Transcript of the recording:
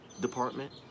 department